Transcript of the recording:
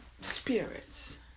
spirits